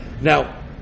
now